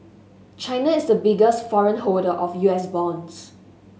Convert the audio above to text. China is the biggest foreign holder of U S bonds